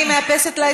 חבר הכנסת דוד ביטן,